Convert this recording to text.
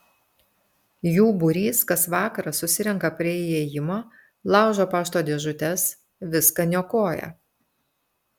jų būrys kas vakarą susirenka prie įėjimo laužo pašto dėžutes viską niokoja